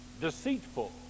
deceitful